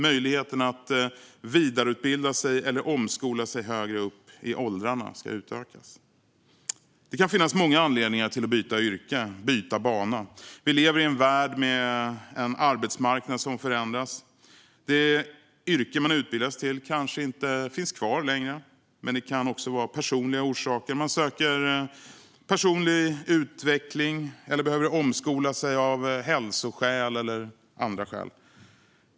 Möjligheten att vidareutbilda sig eller omskola sig högre upp i åldrarna ska utökas. Det kan finnas många anledningar att byta yrke och byta bana. Vi lever i en värld med en arbetsmarknad som förändras. Det yrke man utbildats till kanske inte längre finns kvar. Men det kan också vara personliga orsaker. Man söker personlig utveckling eller behöver omskola sig av hälsoskäl eller andra skäl.